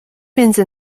między